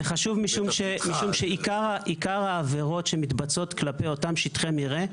זה חשוב משום שעיקר העבירות שמתבצעות כלפי אותם שטחי מרעה,